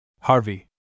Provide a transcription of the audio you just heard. Harvey